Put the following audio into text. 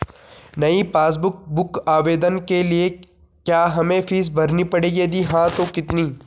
नयी passbook book आवेदन के लिए क्या हमें फीस भरनी पड़ेगी यदि हाँ तो कितनी?